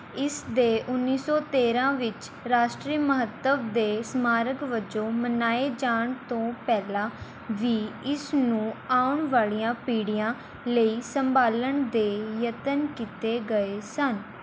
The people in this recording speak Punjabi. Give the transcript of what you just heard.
ਇਸ ਦੇ ਉੱਨੀ ਸੌ ਤੇਰ੍ਹਾਂ ਵਿੱਚ ਰਾਸ਼ਟਰੀ ਮਹੱਤਵ ਦੇ ਸਮਾਰਕ ਵਜੋਂ ਮਨਾਏ ਜਾਣ ਤੋਂ ਪਹਿਲਾਂ ਵੀ ਇਸ ਨੂੰ ਆਉਣ ਵਾਲ਼ੀਆਂ ਪੀੜ੍ਹੀਆਂ ਲਈ ਸੰਭਾਲਣ ਦੇ ਯਤਨ ਕੀਤੇ ਗਏ ਸਨ